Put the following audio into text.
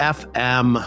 fm